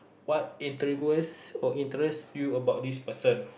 what intrigues or interest you about this person